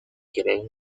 creen